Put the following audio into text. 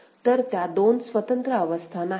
तर त्या दोन स्वतंत्र अवस्था नाहीत